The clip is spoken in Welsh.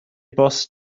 bost